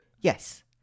Yes